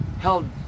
held